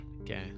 okay